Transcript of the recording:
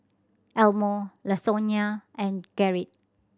Elmore Lasonya and Gerrit